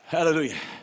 Hallelujah